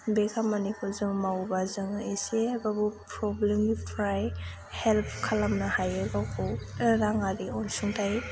बे खामानिखौ जों मावोबा जोङो इसेबाबो प्रब्लेमनिफ्राय हेल्प खालामनो हायो गावखौ राङारि अनसुंथाइ